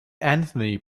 anthony